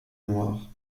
noires